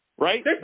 Right